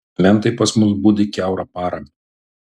mentai pas mus budi kiaurą parą